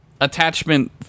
attachment